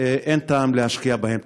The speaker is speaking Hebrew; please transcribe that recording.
אין טעם להשקיע בהם תקציבים.